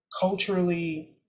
culturally